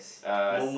uh